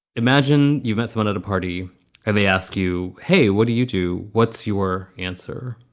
imagine you met someone at a party and they ask you, hey, what do you do? what's your answer?